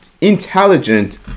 Intelligent